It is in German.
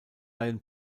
lion